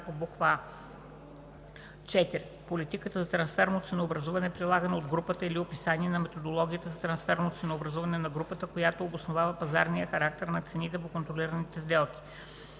по буква „а“; 4. политиката за трансферно ценообразуване, прилагана от групата, или описание на методологията за трансферно ценообразуване на групата, която обосновава пазарния характер на цените по контролираните сделки;